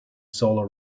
solo